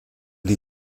die